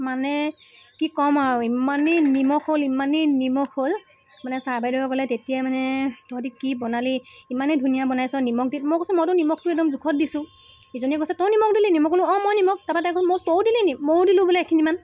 মানে কি ক'ম আৰু ইমানেই নিমখ হ'ল ইমানেই নিমখ হ'ল মানে ছাৰ বাইদেউসকলে তেতিয়াই মানে তহঁতি কি বনালি ইমানে ধুনীয়া বনাইছ নিমখ দি মই কৈছোঁ মইতো নিমখটো একদম জোখত দিছোঁ ইজনীয়ে কৈছে তয়ো নিমখ দিলি নি মই ক'লোঁ অঁ মই নিমখ তাপা তাইক ক'লোঁ তয়ো দিলি নেকি ময়ো দিলোঁ বোলে এখিনিমান